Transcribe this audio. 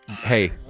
Hey